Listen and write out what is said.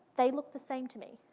they look the same to me.